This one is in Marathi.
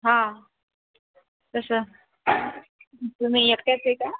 हां तसं तुम्ही एकट्याच आहे का